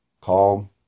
calm